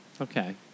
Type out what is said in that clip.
Okay